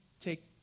take